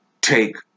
take